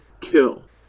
Kill